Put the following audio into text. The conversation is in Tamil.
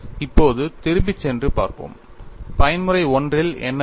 இப்போது திரும்பிச் சென்று பார்ப்போம் பயன்முறை I யில் என்ன நடக்கும்